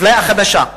אפליה חדשה,